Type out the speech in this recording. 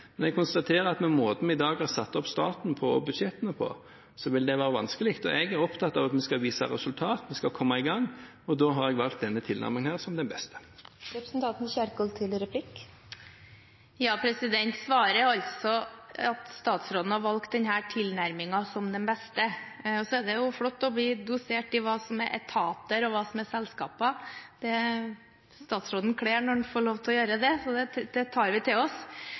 men jeg konstaterer at med måten vi i dag har satt opp starten og budsjettene på, vil det være vanskelig. Jeg er opptatt av at vi skal vise resultater, at vi skal komme i gang, og da har jeg valgt denne tilnærmingen som den beste. Svaret er altså at statsråden har valgt denne tilnærmingen som den beste. Så er det flott å bli dosert i hva som er etater, og hva som er selskaper – det kler statsråden når han får lov til å gjøre det, så det tar vi til oss.